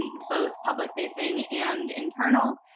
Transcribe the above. both public facing and internal,